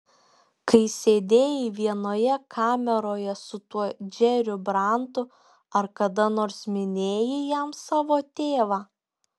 kai sėdėjai vienoje kameroje su tuo džeriu brantu ar kada nors minėjai jam savo tėvą